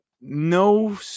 no